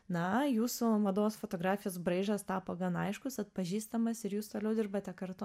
na jūsų mados fotografijos braižas tapo gana aiškus atpažįstamas ir jūs toliau dirbate kartu